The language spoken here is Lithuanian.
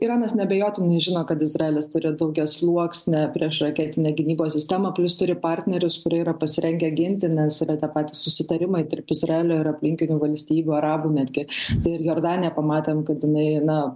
iranas neabejotinai žino kad izraelis turi daugiasluoksnę priešraketinę gynybos sistemą plius turi partnerius kurie yra pasirengę ginti nes yra tie patys susitarimai tarp izraelio ir aplinkinių valstybių arabų netgi ir jordanija pamatėm kad jinai na